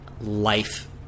life